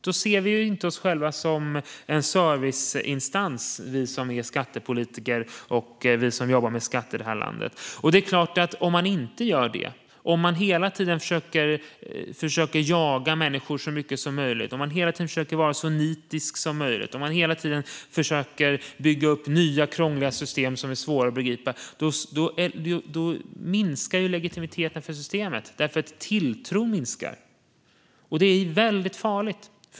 Då ser vi som är skattepolitiker och vi som jobbar med skatter i det här landet inte oss själva som en serviceinstans. Om man inte gör det och hela tiden försöker jaga människor så mycket som möjligt, försöker vara så nitisk som möjligt och försöker bygga upp nya, krångliga system som är svåra att begripa minskar legitimiteten för systemet därför att tilltron minskar. Och det, fru talman, är väldigt farligt.